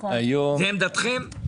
זו עמדתכם?